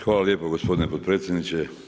Hvala lijepo gospodine potpredsjedniče.